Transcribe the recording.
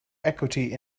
equity